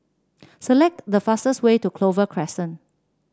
select the fastest way to Clover Crescent